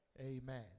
Amen